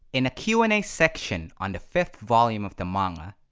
in a q and a section on the fifth volume of the manga,